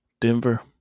Denver